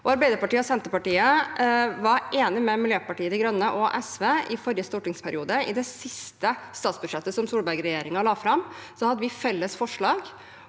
Arbeiderpartiet og Senterpartiet var enig med Miljøpartiet De Grønne og SV i forrige stortingsperiode. I det siste statsbudsjettet som Solberg-regjeringen la fram, hadde vi felles forslag